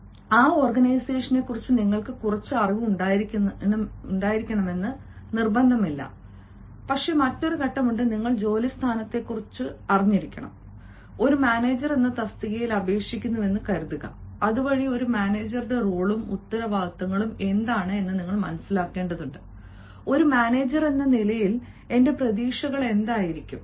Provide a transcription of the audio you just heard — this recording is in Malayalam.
ആ സംഘടന ഓർഗനൈസേഷനെക്കുറിച്ച് നിങ്ങൾക്ക് കുറച്ച് അറിവ് ഉണ്ടായിരിക്കണമെന്നത് നിർബന്ധമല്ലേ മറ്റൊരു ഘട്ടമുണ്ട് നിങ്ങൾ ജോലി സ്ഥാനത്തെക്കുറിച്ചും അറിയണം ഒരു മാനേജർ എന്ന തസ്തികയിലേക്ക് അപേക്ഷിക്കുന്നുവെന്ന് കരുതുക അതുവഴി ഒരു മാനേജറുടെ റോളുകളും ഉത്തരവാദിത്തങ്ങളും എന്താണ് എന്ന മനസ്സിലാക്കേണ്ടതുണ്ട് ഒരു മാനേജർ എന്ന നിലയിൽ എന്റെ പ്രതീക്ഷകൾ എന്തായിരിക്കും